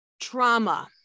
trauma